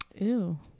Ew